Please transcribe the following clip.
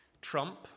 Trump